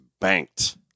banked